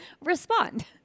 respond